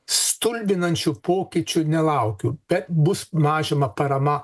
stulbinančių pokyčių nelaukiu bet bus mažinama parama